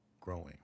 growing